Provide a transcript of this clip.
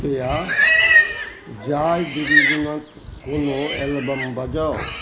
कृपया जाय डिवीजनक कोनो एल्बम बजाउ